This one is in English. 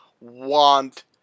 want